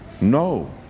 No